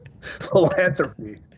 Philanthropy